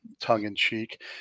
tongue-in-cheek